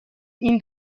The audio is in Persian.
این